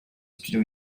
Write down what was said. studio